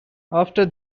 after